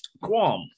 Qualm